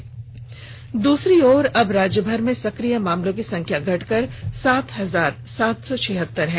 वहीं दूसरी ओर अब राज्यभर में सक्रिय मामलों की संख्या घटकर सात हजार सात सौ छिहतर हो गई है